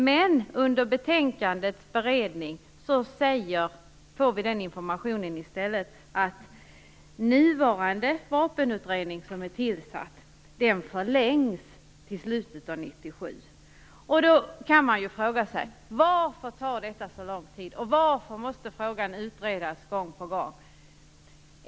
Men under betänkandets beredning får vi i stället informationen att nuvarande vapenutredning förlängs till slutet av 1997. Då kan man fråga sig: Varför tar detta så lång tid? Varför måste frågan utredas gång på gång?